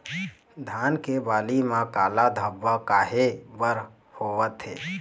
धान के बाली म काला धब्बा काहे बर होवथे?